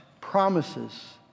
promises